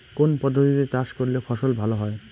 কোন পদ্ধতিতে চাষ করলে ফসল ভালো হয়?